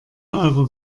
eurer